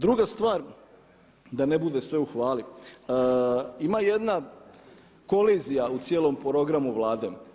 Druga stvar, da ne bude sve u hvali, ima jedna kolizija u cijelom programu Vlade.